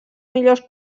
millors